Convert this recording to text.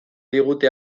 digute